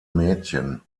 mädchen